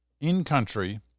in-country